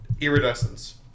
Iridescence